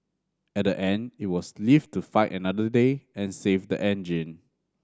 at the end it was live to fight another day and save the engine